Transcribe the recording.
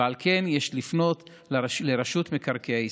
ועל כן יש לפנות לרשות מקרקעי ישראל.